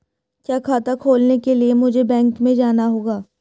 क्या खाता खोलने के लिए मुझे बैंक में जाना होगा?